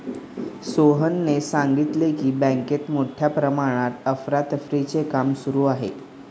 सोहनने सांगितले की, बँकेत मोठ्या प्रमाणात अफरातफरीचे काम सुरू आहे